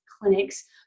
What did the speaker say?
clinics